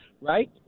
right